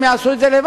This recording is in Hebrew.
הם יעשו את זה לבד.